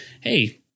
Hey